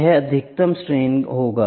यह अधिकतम स्ट्रेन होगा